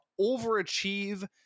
overachieve